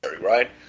right